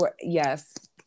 Yes